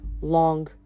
long